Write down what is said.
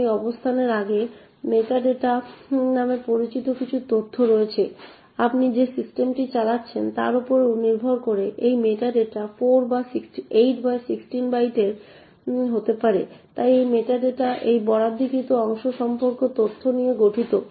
এখন এই অবস্থানের আগে মেটা ডেটা নামে পরিচিত কিছু তথ্য রয়েছে আপনি যে সিস্টেমটি চালাচ্ছেন তার উপর নির্ভর করে এই মেটা ডেটা 8 বা 16 বাইটের হতে পারে তাই এই মেটা ডেটা এই বরাদ্দকৃত অংশ সম্পর্কে তথ্য নিয়ে গঠিত